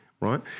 right